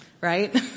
Right